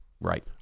right